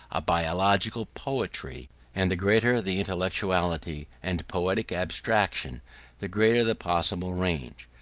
a biological poetry and the greater the intellectuality and poetic abstraction the greater the possible range.